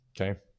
Okay